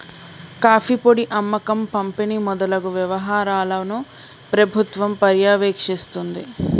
coffee పొడి అమ్మకం పంపిణి మొదలగు వ్యవహారాలను ప్రభుత్వం పర్యవేక్షిస్తుంది